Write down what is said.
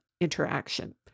interaction